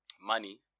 money